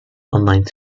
online